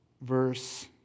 verse